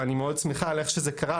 ואני מאוד שמחה על איך שזה קרה,